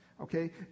okay